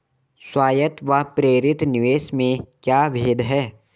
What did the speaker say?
स्वायत्त व प्रेरित निवेश में क्या भेद है?